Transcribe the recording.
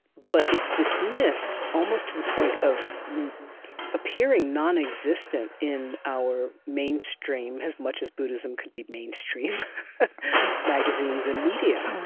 but it's dismissed, almost to the point of appearing nonexistent in our mainstream as much as buddhism could be mainstream magazines and media.